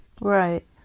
Right